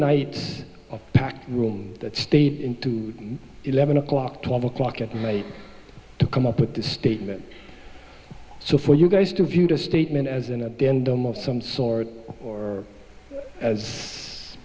nights of back room that state into eleven o'clock twelve o'clock at night to come up with this statement so for you guys to view the statement as an addendum of some sort or as